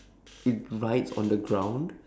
it rides on the ground